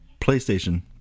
PlayStation